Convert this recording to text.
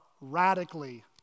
radically